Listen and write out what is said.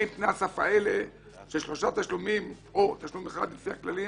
האם תנאי הסף האלה של שלושה תשלומים או תשלום אחד לפי הכללים